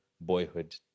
boyhood